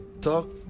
Talk